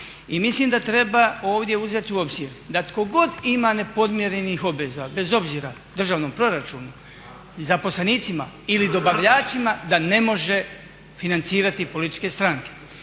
I mislim da treba ovdje uzeti u obzir da tko god ima nepodmirenih obveza, bez obzira državnom proračunu, zaposlenicima ili dobavljačima, da ne može financirati političke stranke.